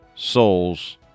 souls